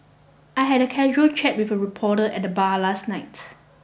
I had a casual chat with a reporter at the bar last night